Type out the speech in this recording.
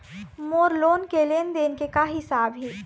मोर loan के लेन देन के का हिसाब हे?